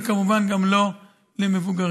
וכמובן גם לא במבוגרים.